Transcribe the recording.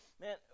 man